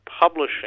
publishing